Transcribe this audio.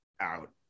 out